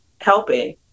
helping